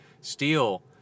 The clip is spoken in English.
Steel